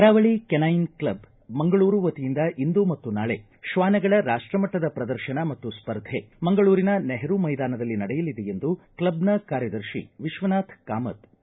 ಕರಾವಳಿ canine club Mangaluru ವತಿಯಿಂದ ಇಂದು ಮತ್ತು ನಾಳೆ ಶ್ವಾನಗಳ ರಾಷ್ಟ ಮಟ್ಟದ ಪ್ರದರ್ಶನ ಮತ್ತು ಸ್ಪರ್ಧೆ ಮಂಗಳೂರಿನ ನೆಹರೂ ಮೈದಾನದಲ್ಲಿ ನಡೆಯಲಿದೆ ಎಂದು ಕ್ಲಬ್ನ ಕಾರ್ಯದರ್ತಿ ವಿಶ್ವನಾಥ್ ಕಾಮತ್ ತಿಳಿಸಿದ್ದಾರೆ